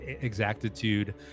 exactitude